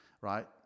right